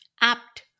apt